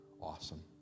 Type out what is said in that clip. Awesome